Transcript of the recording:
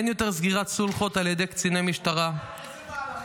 אין יותר סגירת סולחות על ידי קציני משטרה --- תוך חודשיים?